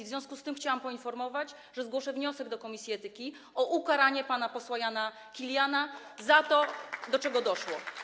W związku z tym chciałam poinformować, że zgłoszę do komisji etyki wniosek o ukaranie pana posła Jana Kiliana za to, do czego doszło.